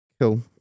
Cool